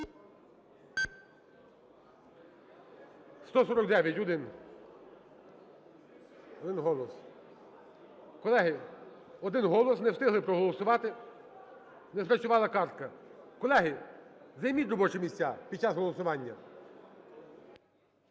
Один. Один голос. Колеги, один голос, не встигли проголосувати, не спрацювала картка. Колеги, займіть робочі місця під час голосування.